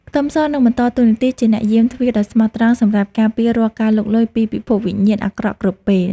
ខ្ទឹមសនឹងបន្តតួនាទីជាអ្នកយាមទ្វារដ៏ស្មោះត្រង់សម្រាប់ការពាររាល់ការលុកលុយពីពិភពវិញ្ញាណអាក្រក់គ្រប់ពេល។